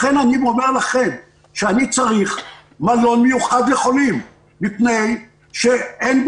לכן אני אומר לכם שאני צריך מלון מיוחד לחולים מפני שאין לי